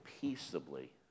peaceably